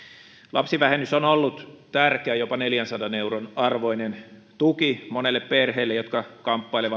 lapsivähennys on ollut tärkeä jopa neljänsadan euron arvoinen tuki monelle perheelle joka kamppailee